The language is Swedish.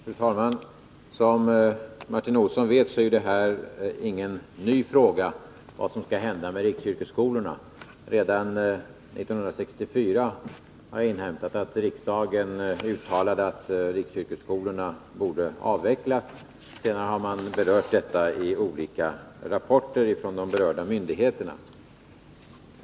Fru talman! Som Martin Olsson vet är frågan om vad som skall hända med riksyrkesskolorna ingen ny fråga. Jag har inhämtat att riksdagen redan 1964 uttalade att riksyrkesskolorna borde avvecklas. Senare har de berörda myndigheterna tagit upp detta i olika rapporter.